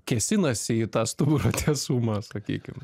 kėsinasi į tą stuburo tiesumą sakykim